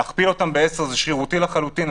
להכפילם בעשרה זה שרירותי לחלוטין.